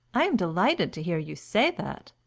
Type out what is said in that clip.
i am delighted to hear you say that,